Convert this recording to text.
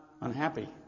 unhappy